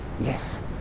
yes